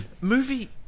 Movie